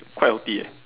quite healthy eh